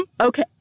okay